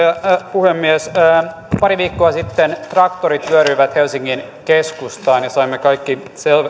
puhemies pari viikkoa sitten traktorit vyöryivät helsingin keskustaan ja saimme kaikki